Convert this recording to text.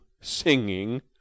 singing